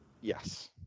Yes